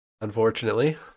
Unfortunately